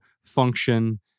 function